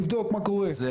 לבדוק מה קורה,